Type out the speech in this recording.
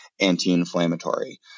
anti-inflammatory